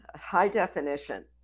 high-definition